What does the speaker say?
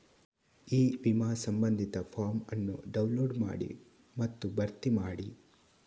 E ವಿಮಾ ಸಂಬಂಧಿತ form ಅನ್ನು ಡೌನ್ಲೋಡ್ ಮಾಡಿ ಮತ್ತು ಭರ್ತಿ ಮಾಡಿ